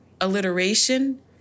alliteration